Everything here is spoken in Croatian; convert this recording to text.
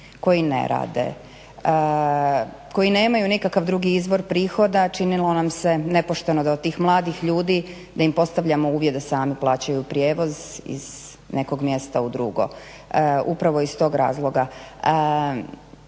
koji ne rade, koji nemaju nikakav drugi izvor prihoda. Činilo nam se nepošteno da od tih mladih ljudi, da im postavljamo uvjet da sami plaćaju prijevoz iz nekog mjesta u drugo. Upravo iz tog razloga,